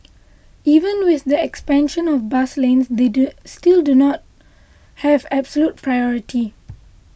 even with the expansion of bus lanes they still do not have absolute priority